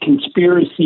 conspiracy